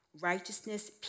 Righteousness